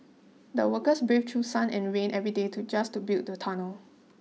the workers braved through sun and rain every day to just to build the tunnel